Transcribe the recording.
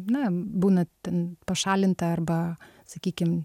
na būna ten pašalinta arba sakykim